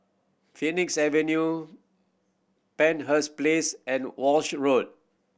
Phoenix Avenue Penshurst Place and Walshe Road